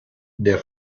der